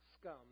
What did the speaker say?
Scum